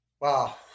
Wow